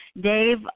Dave